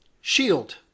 SHIELD